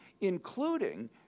including